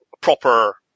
proper